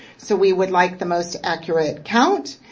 so we would like the most accurate count.